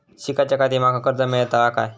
शिकाच्याखाती माका कर्ज मेलतळा काय?